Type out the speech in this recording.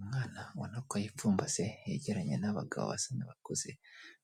Umwana abona koyipfumbase yegeranye n'abagabo basa n'abakuze